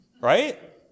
Right